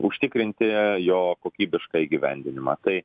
užtikrinti jo kokybišką įgyvendinimą tai